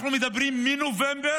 אנחנו מדברים מנובמבר